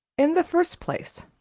in the first place,